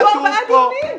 היו ארבעה דיונים.